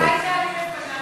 קסניה, אולי תעלי לפניו?